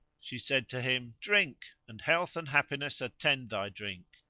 she said to him, drink and health and happiness attend thy drink.